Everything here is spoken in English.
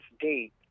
date